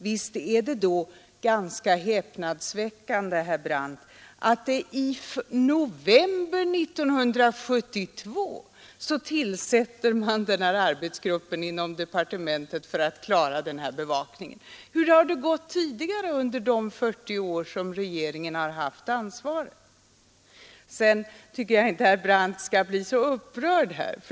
Visst är det då ganska häpnadsväckande, herr Brandt, att man i november 1972 tillsatte en arbetsgrupp inom departementet för att klara den här bevakningen. Hur har det gått tidigare under de 40 år som regeringen haft ansvaret? Sedan tycker jag inte att herr Brandt skall bli så upprörd här.